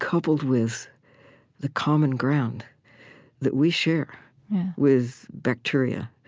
coupled with the common ground that we share with bacteria,